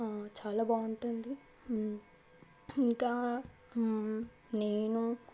చాలా బాగుంటుంది ఇంకా నేను